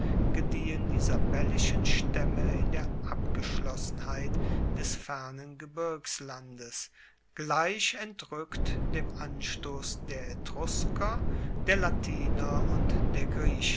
gediehen die sabellischen staemme in der abgeschlossenheit des fernen gebirgslandes gleich entrueckt dem anstoss der etrusker der latiner und der